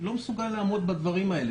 לא מסוגל לעמוד בדברים האלה.